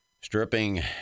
Stripping